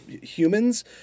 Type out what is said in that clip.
humans